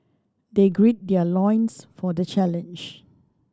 they gird their loins for the challenge